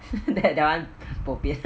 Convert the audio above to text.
that that one bo pian